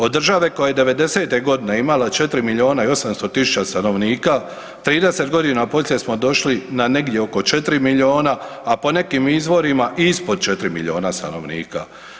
Od države koja je '90.-te godine imala 4 milijuna i 800 tisuća stanovnika 30.g. poslije smo došli na negdje oko 4 milijuna, a po nekim izvorima i ispod 4 milijuna stanovnika.